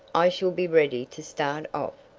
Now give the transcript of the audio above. i shall be ready to start off.